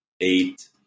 eight